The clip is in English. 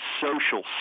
social